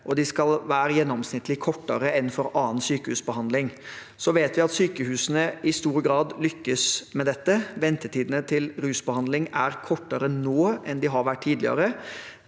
de skal være gjennomsnittlig kortere enn for annen sykehusbehandling. Vi vet at sykehusene i stor grad lykkes med dette. Ventetidene til rusbehandling er kortere nå enn de har vært tidligere.